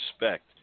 respect